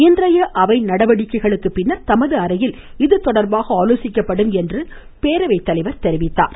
இன்றைய அவை நடவடிக்கைகளுக்கு பின்னர் தமது அறையில் இதுதொடர்பாக ஆலோசிக்கப்படும் என்று பேரவை தலைவர் தெரிவித்தார்